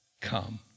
come